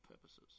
purposes